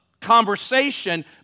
conversation